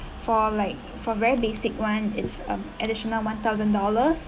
for like for very basic one it's um additional one thousand dollars